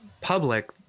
public